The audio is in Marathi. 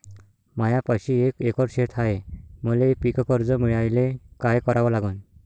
मायापाशी एक एकर शेत हाये, मले पीककर्ज मिळायले काय करावं लागन?